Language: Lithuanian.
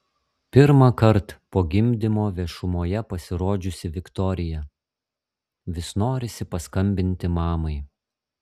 pirmąkart po gimdymo viešumoje pasirodžiusi viktorija vis norisi paskambinti mamai